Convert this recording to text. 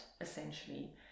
essentially